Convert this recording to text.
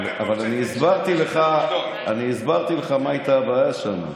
אבל אני הסברתי לך מה הייתה הבעיה שם.